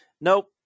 nope